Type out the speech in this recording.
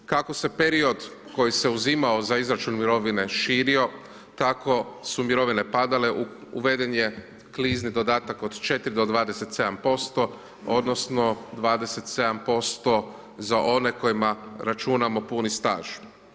Kako se period koji se uzimao za izračun mirovine širio, kako su mirovine padale, uveden je klizni dodatak od 4 do 27% odnosno 27% za one kojima računamo puni staž.